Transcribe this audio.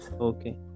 Okay